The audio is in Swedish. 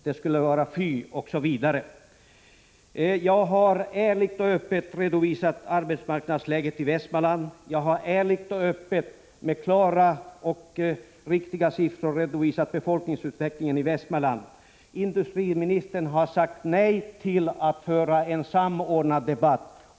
Det skulle börja med fy, osv. Jag har ärligt och öppet redovisat arbetsmarknadsläget i Västmanland. Jag har ärligt och öppet med klara och riktiga siffror redovisat befolkningsutvecklingen i Västmanland. Industriministern har sagt nej till att föra en samordnad debatt.